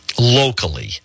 locally